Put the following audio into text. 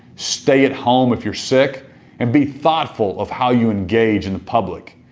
stay at home if you're sick and be thoughtful of how you engage in public